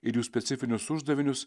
ir jų specifinius uždavinius